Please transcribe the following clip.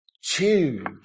Choose